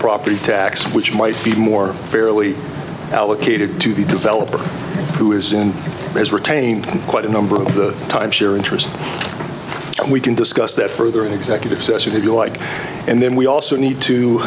property tax which might be more fairly allocated to the developer who is in has retained quite a number of the time share interest and we can discuss that further in executive session if you like and then we also need to